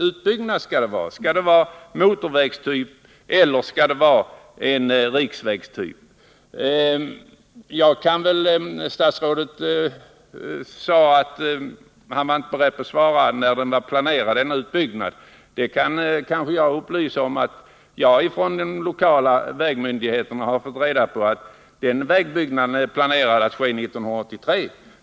17 december 1979 Statsrådet sade att han inte var beredd att svara på när denna utbyggnad Om utbyggnad av kollektivtrafiken i Malmöområdet var planerad, men jag kan kanske få upplysa om att jag från lokala vägmyndigheterna fått reda på att den är planerad att ske 1983.